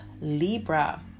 Libra